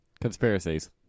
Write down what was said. Conspiracies